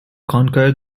conquer